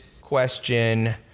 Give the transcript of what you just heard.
question